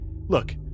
Look